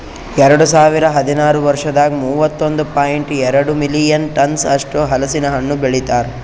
ಎರಡು ಸಾವಿರ ಹದಿನಾರು ವರ್ಷದಾಗ್ ಮೂವತ್ತೊಂದು ಪಾಯಿಂಟ್ ಎರಡ್ ಮಿಲಿಯನ್ ಟನ್ಸ್ ಅಷ್ಟು ಹಲಸಿನ ಹಣ್ಣು ಬೆಳಿತಾರ್